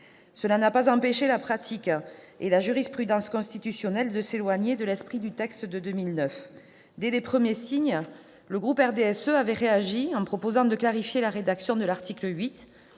Cela n'a pas empêché la pratique et la jurisprudence constitutionnelle de s'éloigner de l'esprit du texte de 2009. Dès les premières manifestations de cette dérive, le groupe du RDSE avait réagi en proposant de clarifier la rédaction de l'article 8